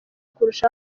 kurusha